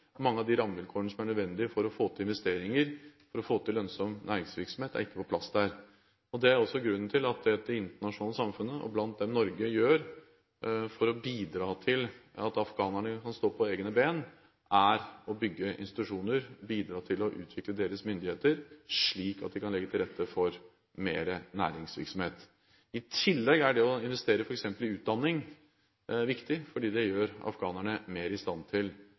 Mange av de rammevilkårene som er nødvendige for å få til investeringer og lønnsom næringsvirksomhet, er ikke på plass der. Det er også grunnen til at det som det internasjonale samfunnet, og deriblant Norge, gjør for å bidra til at afghanerne kan stå på egne ben, er å bygge institusjoner og bidra til å utvikle deres myndigheter, slik at vi kan legge til rette for mer næringsvirksomhet. I tillegg er det å investere i f.eks. utdanning viktig, fordi det gjør afghanerne mer i stand til